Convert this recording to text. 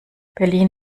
berlin